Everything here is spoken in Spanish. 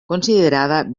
considerada